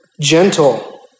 gentle